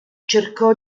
cercò